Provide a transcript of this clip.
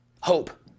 Hope